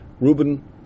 Ruben